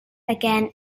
again